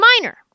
minor